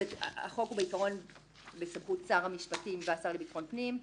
שהחוק הוא בעיקרון בסמכות שר המשפטים והשר לביטחון פנים,